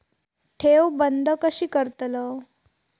ठेव बंद कशी करतलव?